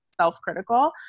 self-critical